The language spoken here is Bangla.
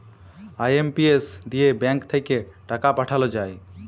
আই.এম.পি.এস দিয়ে ব্যাঙ্ক থাক্যে টাকা পাঠাল যায়